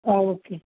okay